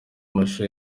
amashusho